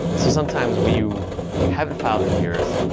so sometimes when you haven't filed in years,